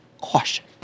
caution